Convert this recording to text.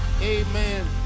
Amen